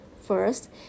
first